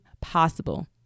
possible